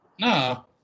No